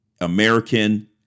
American